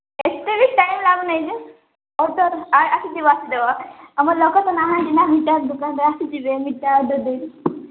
ଏତେ ବି ଟାଇମ୍ ଲାଗୁ ନାହିଁ ଯେ ଆସିଯିବ ଆସିଦେବା ଆମର ଲୋକ ତ ନାହାନ୍ତି ନା ଦୋକାନ୍ରେ ଆସିଯିବେ